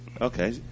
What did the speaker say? Okay